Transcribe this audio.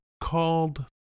called